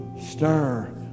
stir